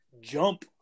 Jump